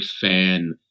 fan